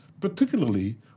particularly